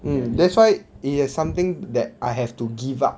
mm that's why it is something that I have to give up